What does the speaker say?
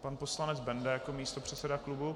Pan poslanec Benda jako místopředseda klubu.